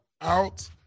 out